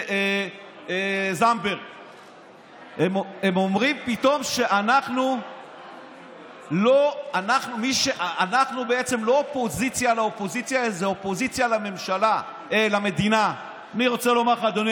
נעץ ציפורניו בחומה ונזדעזעה ארץ ישראל ארבע מאות פרסה על ארבע